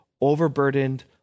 overburdened